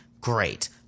great